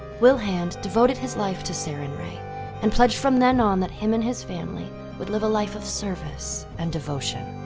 wilhand devoted his life to sarenrae and pledged from then on that him and his family would live a life of service and devotion.